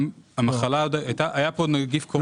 גם המחלה, היה פה נגיף קורונה.